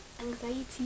Anxiety